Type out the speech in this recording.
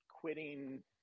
quitting